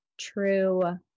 true